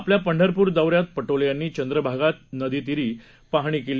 आपल्या पंढरपूर दौन्यात पटोले यांनी चंद्रभागा नदीतिराची पाहणी केली